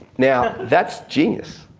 now, that's genius.